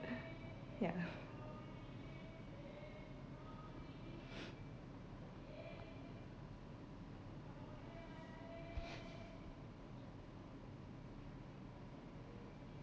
ya